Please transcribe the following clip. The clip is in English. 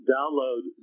Download